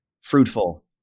fruitful